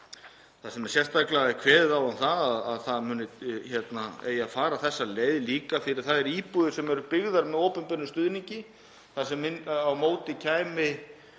þar sem sérstaklega er kveðið á um að það eigi að fara þessa leið líka fyrir þær íbúðir sem eru byggðar með opinberum stuðningi þar sem á móti kæmi